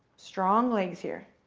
strong legs here.